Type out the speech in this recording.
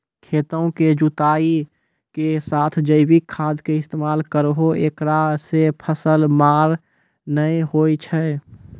खेतों के जुताई के साथ जैविक खाद के इस्तेमाल करहो ऐकरा से फसल मार नैय होय छै?